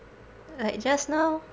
like just now